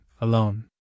alone